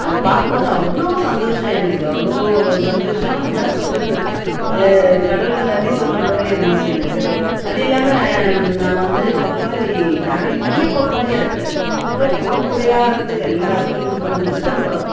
அதை பார்க்கும்போது அவ்வளோ சந்தோஷம் எனக்கு அவ்வளோ சந்தோஷம் என்ன சொல்கிறது கடவுளுக்கு நன்றி சொன்ன மாதிரி இருந்துச்சி எனக்கு அது இல்லாமல் நான் வந்து பப்பாளி நிறைய பப்பாளி அறுத்தேன் அவ்வளோ கூடைக் கூடையாக அறுத்து எல்லோருக்கும் கொடுத்தோம் விற்றோம் கூட